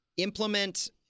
implement